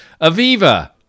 Aviva